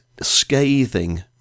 scathing